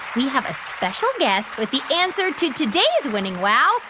we have a special guest with the answer to today's winning wow.